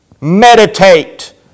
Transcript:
Meditate